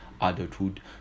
adulthood